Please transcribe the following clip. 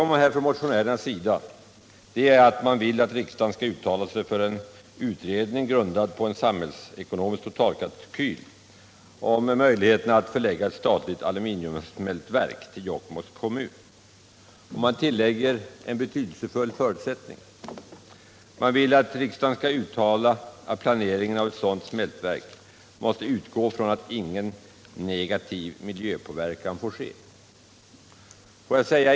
Motionärerna vill att riksdagen skall uttala sig för en utredning grundad på en samhällsekonomisk totalkalkyl av möjligheterna att förlägga ett statligt aluminiumsmältverk till Jokkmokks kommun. Man tillägger att riksdagen skall uttala att planeringen av ett sådant smältverk måste utgå från att ingen negativ miljöpåverkan får ske.